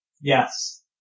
Yes